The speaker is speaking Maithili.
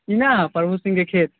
ई नहि प्रभु सिंहके खेत